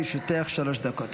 בבקשה, לרשותך שלוש דקות.